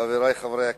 חברי חברי הכנסת,